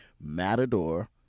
matador